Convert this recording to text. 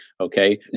okay